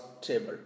Table